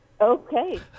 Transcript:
Okay